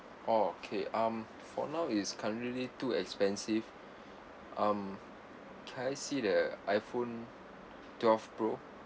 orh okay um for now is currently too expensive um can I see the iphone twelve pro